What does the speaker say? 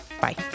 Bye